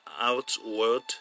outward